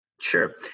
Sure